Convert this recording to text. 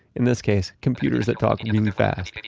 in this case, computers that talk really fast